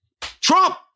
Trump